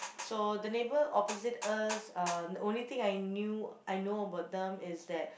so the neighbour opposite us uh the only thing I knew I know about them is that